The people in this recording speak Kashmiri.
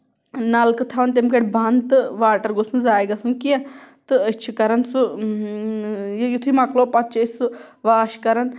نَلکہٕ تھاوان تَمہِ پٮ۪ٹھ بَند تہٕ واٹر گوٚژھ نہٕ زایہِ گژھُن کیٚںٛہہ تہٕ أس چھِ کران سُہ یِتُھے مۄکلو پَتہٕ چھِ أسۍ سُہ واش کران